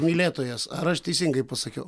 mylėtojas ar aš teisingai pasakiau